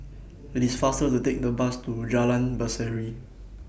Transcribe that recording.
IT IS faster to Take The Bus to Jalan Berseri